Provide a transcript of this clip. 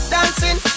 Dancing